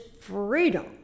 freedom